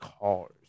cars